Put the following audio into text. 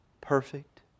perfect